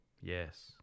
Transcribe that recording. Yes